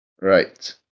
Right